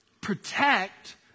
protect